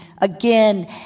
again